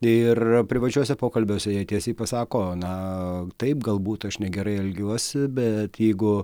ir privačiuose pokalbiuose jie tiesiai pasako na taip galbūt aš negerai elgiuosi bet jeigu